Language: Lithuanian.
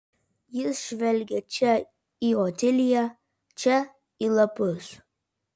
jis žvelgė čia į otiliją čia į lapus